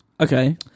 Okay